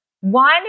One